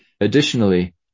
Additionally